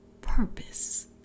purpose